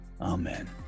Amen